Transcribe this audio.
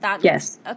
Yes